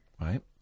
right